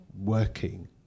working